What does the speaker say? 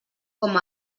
com